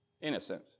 Innocent